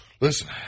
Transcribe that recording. listen